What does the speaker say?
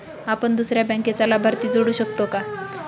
आपण दुसऱ्या बँकेचा लाभार्थी जोडू शकतो का?